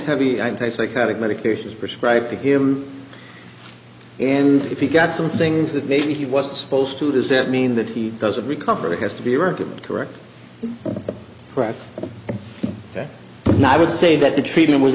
heavy anti psychotic medications prescribed to him and if you've got some things that maybe he wasn't supposed to does that mean that he doesn't recover it has to be workable correct correct that not i would say that the treatment was